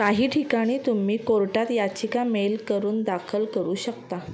काही ठिकाणी तुम्ही कोर्टात याचिका मेल करून दाखल करू शकता